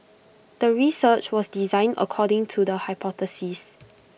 the research was designed according to the hypothesis